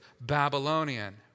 Babylonian